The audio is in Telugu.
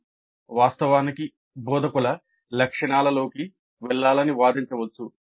ఇవి వాస్తవానికి బోధకుల లక్షణాలలోకి వెళ్లాలని వాదించవచ్చు